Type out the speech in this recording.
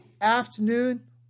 afternoon